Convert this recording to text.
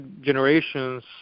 generations